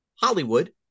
Hollywood